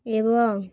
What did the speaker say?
এবং